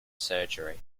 surgery